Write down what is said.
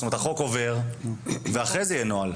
זאת אומרת, החוק עובר, ואחרי זה יהיה נוהל.